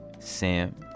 Sam